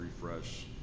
refresh